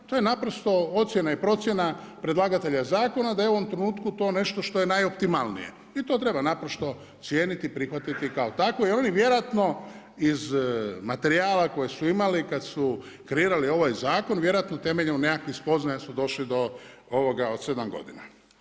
To je naprosto ocjena i procjena predlagatelja zakona, da je u ovom trenutku to nešto što je najoptimalnije i to treba naprosto cijeniti, prihvatiti kao takvo i oni vjerojatno iz materijala koje su imali kad su kreirali ovaj zakon vjerojatno temeljem nekakvih spoznaja su došli do ovoga od sedam godina.